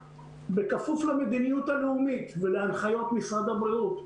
בכפוף למדיניות הלאומית ולהנחיות משרד הבריאות.